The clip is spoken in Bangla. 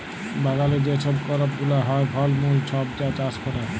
বাগালে যে ছব করপ গুলা হ্যয়, ফল মূল ছব যা চাষ ক্যরে